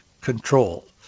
control